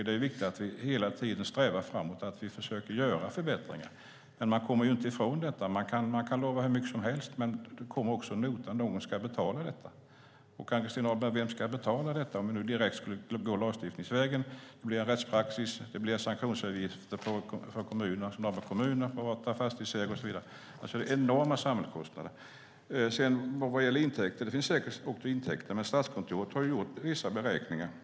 Det är viktigt att vi hela tiden strävar framåt och försöker göra förbättringar. Man kan inte komma ifrån att man kan lova hur mycket som helst, men det kommer också en nota där någon ska betala. Vem ska betala, Ann-Christin Ahlberg, om vi går direkt lagstiftningsvägen, det blir rättspraxis och sanktionsavgifter för kommuner och fastighetsägare? Det är fråga om enorma samhällskostnader. Det finns säkert också intäkter, och Statskontoret har gjort vissa beräkningar.